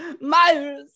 Myers